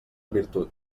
virtut